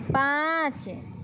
पाँच